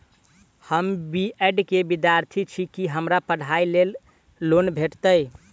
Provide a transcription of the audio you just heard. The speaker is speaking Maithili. हम बी ऐड केँ विद्यार्थी छी, की हमरा पढ़ाई लेल लोन भेटतय?